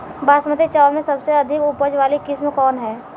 बासमती चावल में सबसे अधिक उपज वाली किस्म कौन है?